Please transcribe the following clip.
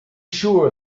sure